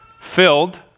Filled